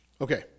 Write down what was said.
Okay